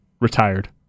retired